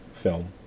film